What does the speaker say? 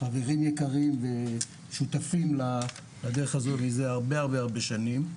חברים יקרים ושותפים לדרך הזו מזה הרבה הרבה שנים.